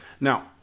Now